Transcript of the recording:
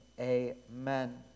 amen